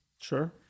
Sure